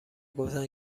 گفتن